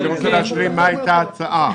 אני רוצה להשלים ולומר מה הייתה ההצעה.